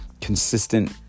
consistent